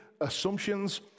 Assumptions